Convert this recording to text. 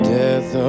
death